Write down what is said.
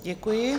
Děkuji.